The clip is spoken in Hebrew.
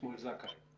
שמואל זכאי.